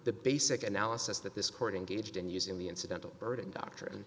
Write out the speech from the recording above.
the basic analysis that this court engaged in using the incidental burden doctrine